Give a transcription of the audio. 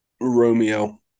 Romeo